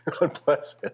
unpleasant